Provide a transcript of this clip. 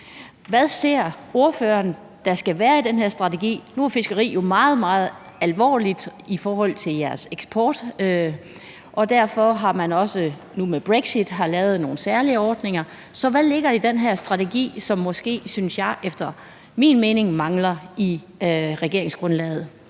Hvad ser ordføreren der skal være i den her strategi? Nu er fiskeri jo et meget, meget alvorligt område i forhold til jeres eksport, og derfor har man nu også i forbindelse med brexit lavet nogle særlige ordninger, så hvad ligger der i den her strategi, som måske, synes jeg, efter min mening mangler i regeringsgrundlaget